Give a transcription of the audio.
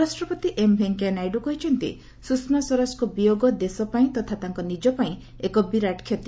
ଉପରାଷ୍ଟ୍ରପତି ଏମ୍ ଭେଙ୍କୟା ନାଇଡୁ କହିଛନ୍ତି ସୁଷମା ସ୍ପରାଜଙ୍କ ବିୟୋଗ ଦେଶ ପାଇଁ ତଥା ତାଙ୍କ ନିଜ ପାଇଁ ଏକ ବିରାଟ କ୍ଷତି